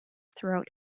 throughout